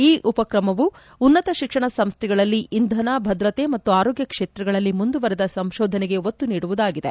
ಈ ಉಪಕ್ರಮವು ಉನ್ನತ ಶಿಕ್ಷಣ ಸಂಸ್ಥೆಗಳಲ್ಲಿ ಇಂಧನ ಭದ್ರತೆ ಮತ್ತು ಆರೋಗ್ಯ ಕ್ಷೇತ್ರಗಳಲ್ಲಿ ಮುಂದುವರಿದ ಸಂಶೋಧನೆಗೆ ಒತ್ತು ನೀಡುವುದಾಗಿದೆ